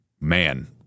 man